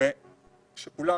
ושכולם